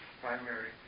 primary